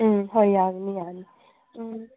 ꯎꯝ ꯍꯣꯏ ꯌꯥꯒꯅꯤ ꯌꯥꯅꯤ ꯎꯝ